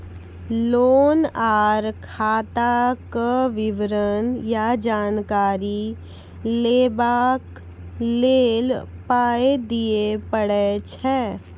Loan आर खाताक विवरण या जानकारी लेबाक लेल पाय दिये पड़ै छै?